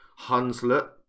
Hunslet